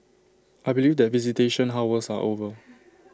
I believe that visitation hours are over